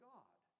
God